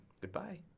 goodbye